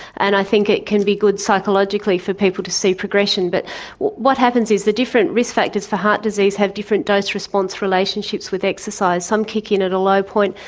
and i think it can be good psychologically for people to see progression. but what what happens is the different risk factors for heart disease have different dose response relationships with exercise. some kick in at a low point,